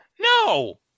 No